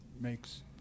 makes